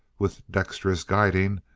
with dexterous guiding,